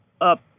up